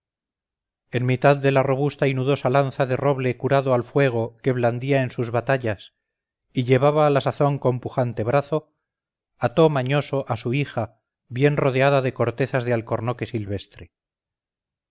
en mitad de la robusta y nudosa lanza de roble curado al fuego que blandía en sus batallas y llevaba a la sazón con pujante brazo ató mañoso a su hija bien rodeada de cortezas de alcornoque silvestre